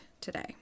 today